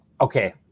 Okay